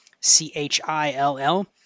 C-H-I-L-L